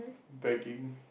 begging